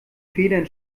federn